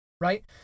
right